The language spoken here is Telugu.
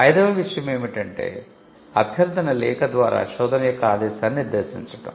ఐదవ విషయం ఏమిటంటే అభ్యర్థన లేఖ ద్వారా శోధన యొక్క ఆదేశాన్ని నిర్దేశించడం